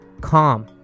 calm